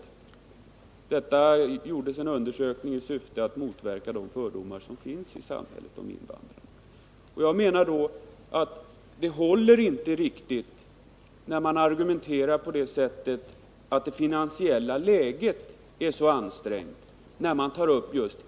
Undersökningen gjordes i syfte att motverka fördomarna i samhället om invandrarna. När man tar upp just frågan om invandrarna håller, enligt min mening, inte argumentet att det finansiella läget är så ansträngt.